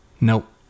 Nope